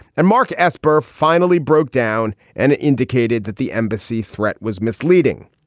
and mark esper finally broke down and indicated that the embassy threat was misleading.